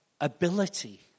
ability